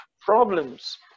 problems